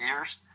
years